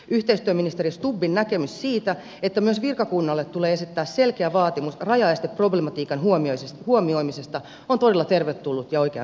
yhteistyöministeri stubbin näkemys siitä että myös virkakunnalle tulee esittää selkeä vaatimus rajaesteproblematiikan huomioimisesta on todella tervetullut ja oikeansuuntainen